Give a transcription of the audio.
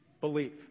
Belief